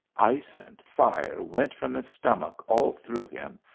ice and fire went from his stomach all through him,